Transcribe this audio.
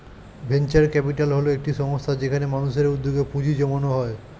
venture capital হল একটি সংস্থা যেখানে মানুষের উদ্যোগে পুঁজি জমানো হয়